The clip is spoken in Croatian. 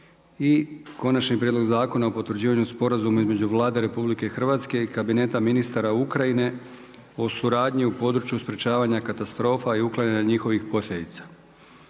i Konačni prijedlog Zakona o potvrđivanju Sporazuma između Vlade Republike Hrvatske i kabineta ministara Ukrajine o suradnji u području sprječavanja katastrofa i uklanjanja njihovih posljedica.